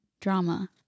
drama